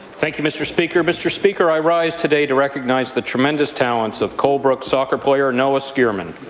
thank you, mr. speaker. mr. speaker, i rise today to recognize the tremendous talents of colbrook soccer player noah spearman.